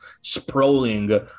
sprawling